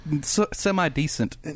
semi-decent